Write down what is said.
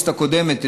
בכנסת הקודמת,